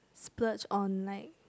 splurge on like